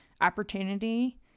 opportunity